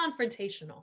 confrontational